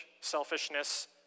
selfishness